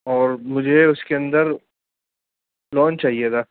اور مجھے اس کے اندر لون چاہیے تھا